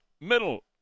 middle